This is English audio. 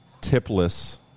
tipless –